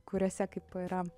kuriose kaip yra